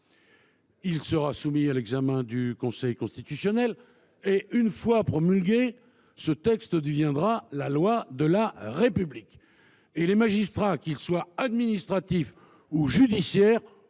il sera soumis au Conseil constitutionnel ; une fois promulgué, il deviendra la loi de la République. Et les magistrats, qu’ils soient administratifs ou judiciaires,